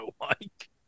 Mike